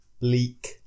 Bleak